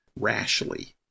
rashly